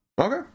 Okay